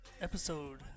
episode